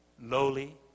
lowly